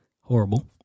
horrible